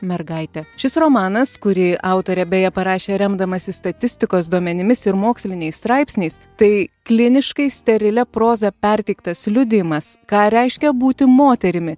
mergaite šis romanas kurį autorė beje parašė remdamasi statistikos duomenimis ir moksliniais straipsniais tai kliniškai sterilia proza perteiktas liudijimas ką reiškia būti moterimi